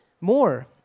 more